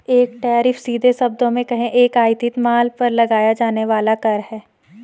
एक टैरिफ, सीधे शब्दों में कहें, एक आयातित माल पर लगाया जाने वाला कर है